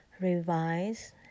revise